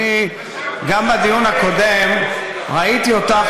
אני גם בדיון הקודם ראיתי אותך,